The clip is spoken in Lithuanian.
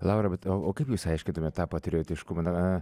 laura bet o kaip jūs aiškintumėt tą patriotiškumą na